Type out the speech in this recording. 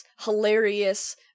hilarious